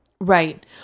Right